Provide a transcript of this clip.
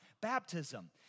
baptism